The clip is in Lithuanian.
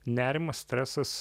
nerimas stresas